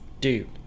Dude